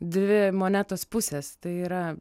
dvi monetos pusės tai yra